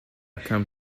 come